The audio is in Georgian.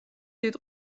დიდ